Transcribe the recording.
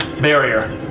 barrier